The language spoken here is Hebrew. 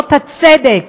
בעקרונות הצדק.